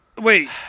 wait